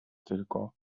tylko